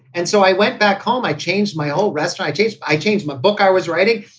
and so i went back home. i changed my whole restaurant, changed i changed my book. i was writing,